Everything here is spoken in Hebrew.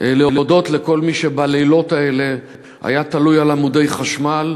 להודות לכל מי שבלילות האלה היה תלוי על עמודי חשמל,